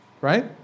right